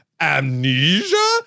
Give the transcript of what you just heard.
amnesia